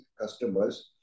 customers